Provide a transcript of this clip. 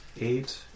Eight